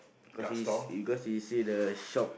cause he because he see the shop